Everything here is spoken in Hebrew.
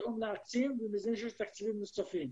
פתאום להעצים ול --- ומזה שיש תקציבים נוספים.